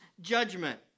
judgment